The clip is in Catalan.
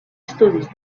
estudis